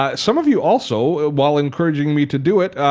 um some of you also while encouraging me to do it,